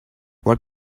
what